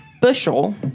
bushel